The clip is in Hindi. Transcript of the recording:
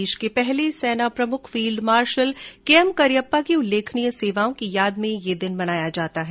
देश के पहले सेना प्रमुख फील्ड मार्शल केएम करियप्पा की उल्लेखनीय सेवाओं की याद में यह दिन मनाया जाता है